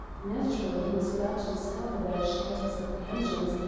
naturally he was glad to discover that i shared his apprehensions,